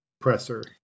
presser